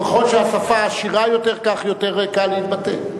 ככל שהשפה עשירה יותר, כך יותר קל להתבטא.